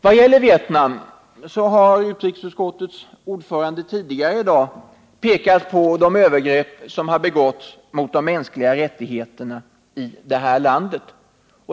Vad gäller Vietnam har utrikesutskottets ordförande tidigare i dag pekat på de övergrepp som har begåtts mot de mänskliga rättigheterna i landet.